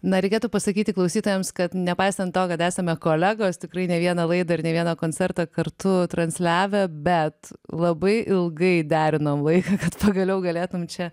na reikėtų pasakyti klausytojams kad nepaisant to kad esame kolegos tikrai ne vieną laidą ir ne vieną koncertą kartu transliavę bet labai ilgai derinau laiką kad pagaliau galėtum čia